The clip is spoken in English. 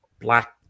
black